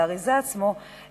על האריזה עצמה,